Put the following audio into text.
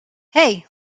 hey